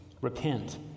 Repent